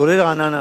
כולל רעננה,